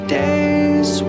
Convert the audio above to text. days